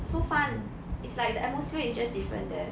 so fun it's like the atmosphere is just different there